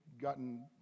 gotten